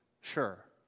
sure